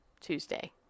Tuesday